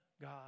God